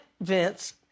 Vince